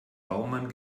baumann